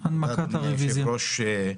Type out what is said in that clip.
וראוי.